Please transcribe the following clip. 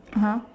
(uh huh)